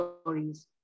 stories